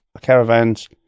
caravans